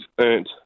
earned